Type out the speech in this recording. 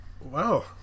Wow